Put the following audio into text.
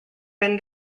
been